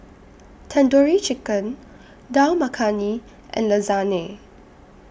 Tandoori Chicken Dal Makhani and Lasagne